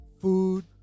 food